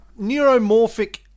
neuromorphic